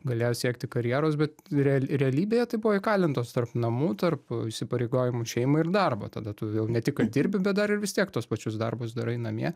galėjo siekti karjeros bet real realybėje tai buvo įkalintos tarp namų tarp įsipareigojimų šeimai ir darbo tada tu jau ne tik kad dirbi bet dar ir vis tiek tuos pačius darbus darai namie